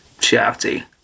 shouty